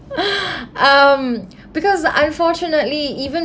um because unfortunately even